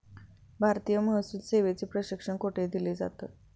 भारतीय महसूल सेवेचे प्रशिक्षण कोठे दिलं जातं?